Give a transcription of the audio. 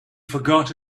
forgot